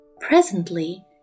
Presently